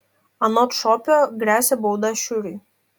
anot šopio gresia bauda šiuriui